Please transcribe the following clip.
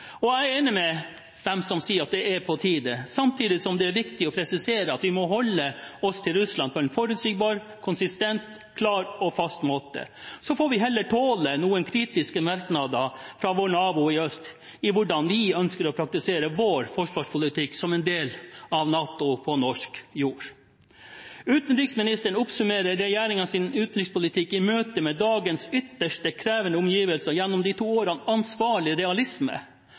Russland. Jeg er enig med dem som sier at det er på tide, samtidig som det er viktig å presisere at vi må holde oss til Russland på en forutsigbar, konsistent, klar og fast måte. Så får vi heller tåle noen kritiske merknader fra vår nabo i øst om hvordan vi ønsker å praktisere vår forsvarspolitikk som en del av NATO på norsk jord. Utenriksministeren oppsummerer regjeringens utenrikspolitikk i møte med dagens ytterst krevende omgivelser gjennom de to ordene «ansvarlig realisme».